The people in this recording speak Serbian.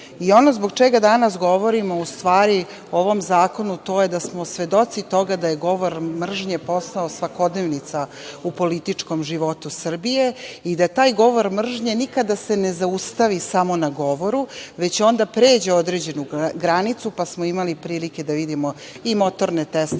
ono zbog čega danas govorimo, u stvari, o ovom zakonu, to je da smo svedoci toga da je govor mržnje postao svakodnevnica u političkom životu Srbije i da taj govor mržnje nikada se ne zaustavi samo na govoru, već onda pređe određenu granicu, pa smo imali prilike da vidimo i motorne testere